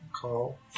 call